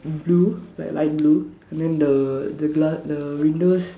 blue like light blue and then the the glass the windows